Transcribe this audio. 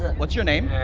what's your name?